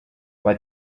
why